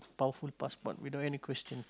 powerful passport without any question